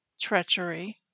Treachery